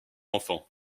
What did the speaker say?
enfants